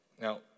Now